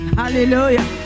hallelujah